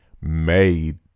made